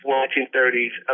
1930s